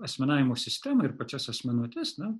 asmenavimo sistemą ir pačias asmenuotes na